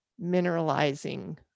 mineralizing